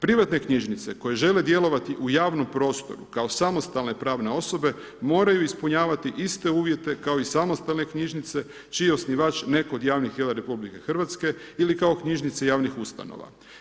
Privatne knjižnice koje žele djelovati u javnom prostoru kao samostalne pravne osobe moraju ispunjavati iste uvjete kao i samostalne knjižnice čiji je osnivač netko od javnih tijela RH ili kao knjižnice javnih ustanova.